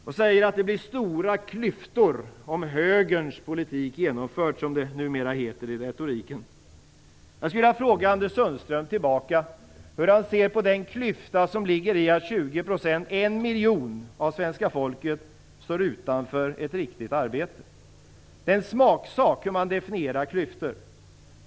Han säger att det blir stora klyftor om högerns politik genomförs, som det numera heter i retoriken. Jag skulle vilja fråga Anders Sundström hur han ser på den klyfta som det innebär att 20 %- en miljon - av svenska folket står utanför ett riktigt arbete. Det är en smaksak hur man definierar "klyftor".